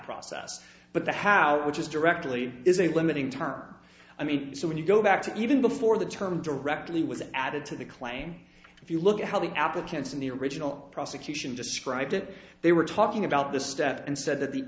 process but the how which is directly is a limiting term i mean so when you go back to even before the term directly was added to the claim if you look at how the applicants in the original prosecution described it they were talking about this step and said that the